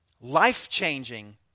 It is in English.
life-changing